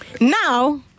Now